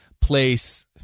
place